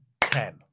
ten